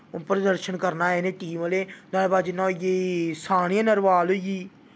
परदर्शन करना टीम ने नोह्ड़े बाद होई गेई सानिया नरवाल होई गेई